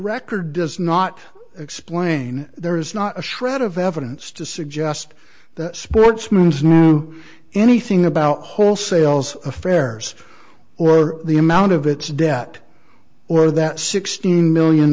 record does not explain there is not a shred of evidence to suggest the sportsman's knew anything about wholesales affairs or the amount of its debt or that sixteen million